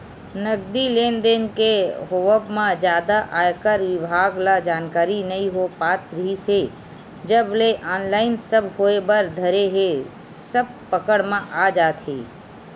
नगदी लेन देन के होवब म जादा आयकर बिभाग ल जानकारी नइ हो पात रिहिस हे जब ले ऑनलाइन सब होय बर धरे हे सब पकड़ म आ जात हे